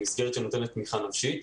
היא מסגרת שנותנת תמיכה נפשית,